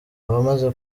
abamaze